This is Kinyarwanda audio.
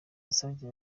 yasabye